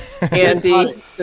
Andy